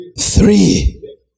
Three